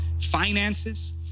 finances